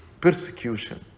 persecution